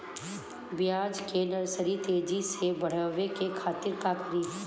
प्याज के नर्सरी तेजी से बढ़ावे के खातिर का करी?